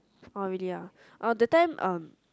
oh really ah that time um